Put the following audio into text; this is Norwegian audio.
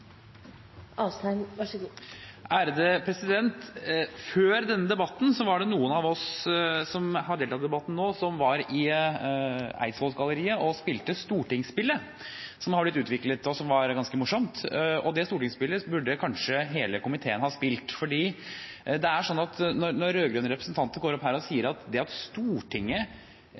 Før denne debatten var noen av oss som har deltatt i debatten nå, i Eidsvollsgalleriet og spilte stortingsspillet som har blitt utviklet, og som var ganske morsomt. Det stortingsspillet burde kanskje hele komiteen ha spilt, for når rød-grønne representanter går opp her og sier at det i Stortinget